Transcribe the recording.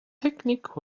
picnic